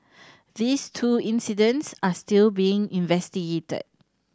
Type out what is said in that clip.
these two incidents are still being investigated